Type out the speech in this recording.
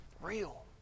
real